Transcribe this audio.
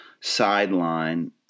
sideline